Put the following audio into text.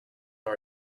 our